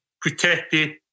protected